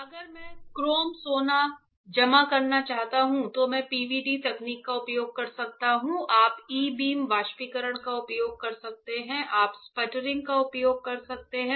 अगर मैं धातु क्रोम सोना जमा करना चाहता हूं तो मैं PVD तकनीक का उपयोग कर सकता हूं आप ई बीम वाष्पीकरण का उपयोग कर सकते हैं आप स्पटरिंग का उपयोग कर सकते हैं